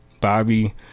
Bobby